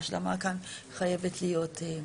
ההשלמה כאן חייבת להיות.